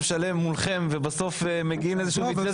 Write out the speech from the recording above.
שלם מולכם ובסוף מגיעים לאיזשהו מתווה,